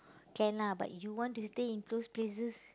can lah but you want to stay in those places